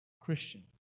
Christian